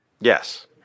Yes